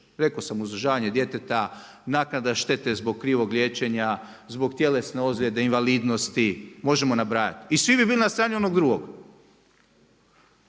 Rekao sam uzdržavanje djeteta, naknada štete zbog krivog liječenja, zbog tjelesne ozljede, invalidnosti, možemo nabrajati. I svi bi bili na strani onog drugog.